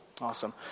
Awesome